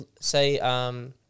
say –